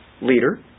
leader